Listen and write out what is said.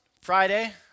Friday